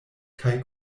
kaj